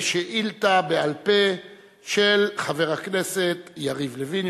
שאילתא בעל-פה של חבר הכנסת יריב לוין,